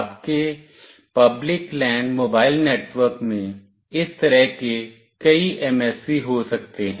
आपके public land mobile network में इस तरह के कई MSC हो सकते हैं